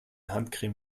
handcreme